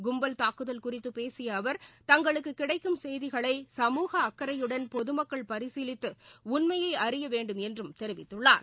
கும்பல் தாக்குதல் குறித்து பேசிய அவர் தங்களுக்கு கிடைக்கும் செய்திகளை சமூக அக்கறையுடன் பொதுமக்கள் பரிசீலித்து உண்மையை அறிய வேண்டும் என்றும் தெரிவித்துள்ளார்